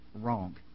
Wrong